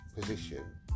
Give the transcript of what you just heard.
position